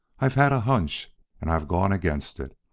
i've had a hunch and i've gone against it.